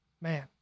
Man